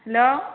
hello